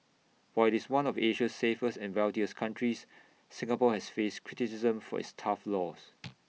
while IT is one of Asia's safest and wealthiest countries Singapore has faced criticism for its tough laws